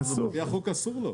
לפי החוק אסור לו.